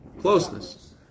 closeness